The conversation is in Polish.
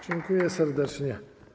Dziękuję serdecznie.